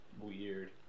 weird